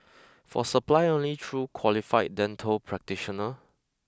for supply only through qualified dental practitioner